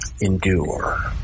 endure